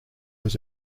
was